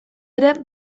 ere